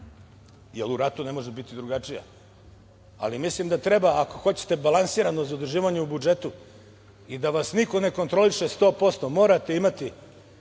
jer u ratu ne može biti drugačija, ali ako hoćete balansirano zaduživanje u budžetu i da vas niko ne kontroliše 100%, morate imati